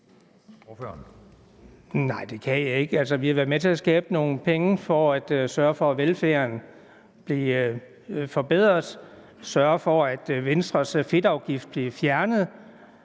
Nej, det kan jeg ikke. Altså, vi har været med til at skaffe nogle penge til at sørge for, at velfærden blev forbedret, sørge for, at Venstres fedtafgift blev fjernet,